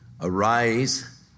Arise